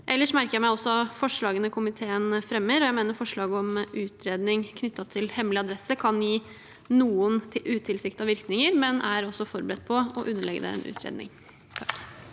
Ellers merker jeg meg også forslagene komiteen fremmer. Jeg mener forslaget om en utredning knyttet til hemmelig adresse kan gi noen utilsiktede virkninger, men er også forberedt på å underlegge det en utredning.